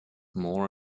more